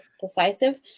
decisive